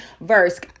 verse